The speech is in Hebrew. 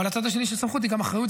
אבל הצד השני של הסמכות היא גם אחריות,